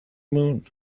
moon